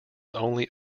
only